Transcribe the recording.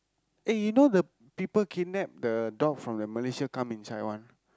eh you know the people kidnap the dog from the Malaysia come inside one